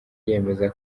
yemeza